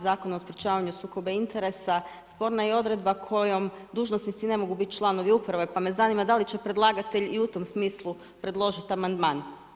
Zakona o sprječavanju sukoba interesa, sporna je i odredba kojom dužnosnici ne mogu bit članovi uprave pa me zanima da li će predlagatelj i u tom smislu predložit amandman.